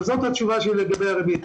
אבל זאת התשובה שלי לגבי הריבית.